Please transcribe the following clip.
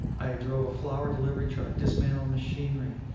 i drove a flower delivery truck, dismantled machinery,